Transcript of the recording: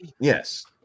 yes